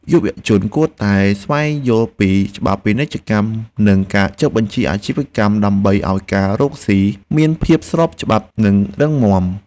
យុវជនគួរតែស្វែងយល់ពីច្បាប់ពាណិជ្ជកម្មនិងការចុះបញ្ជីអាជីវកម្ម ដើម្បីឱ្យការរកស៊ីមានភាពស្របច្បាប់និងរឹងមាំ។